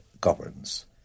governs